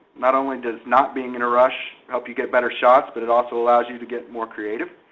not only does not being in a rush help you get better shots, but it also allows you to get more creative.